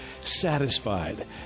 Satisfied